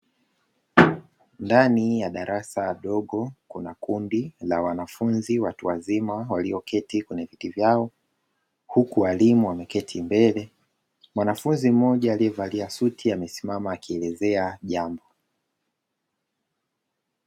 Ndani ya darasa dogo, kuna kundi la wanafunzi watu wazima walioketi kwenye viti vyao, huku walimu wameketi mbele, mwanafunzi mmoja aliyevalia suti amesimama akielezea jambo.